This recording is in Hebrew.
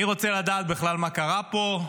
מי רוצה לדעת בכלל מה קרה פה?